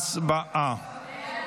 הצבעה.